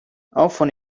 often